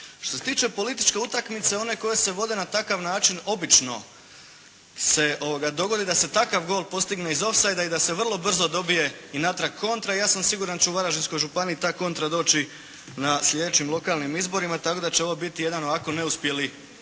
Što se tiče političke utakmice one koje se vode na takav način obično se dogodi da se takav gol postigne iz of-sidea i da se vrlo dobije i natrag kontra i ja sam siguran da će u Varaždinskoj županiji ta kontra doći na sljedećim lokalnim izborima tako da će ovo biti jedan ovako neuspjeli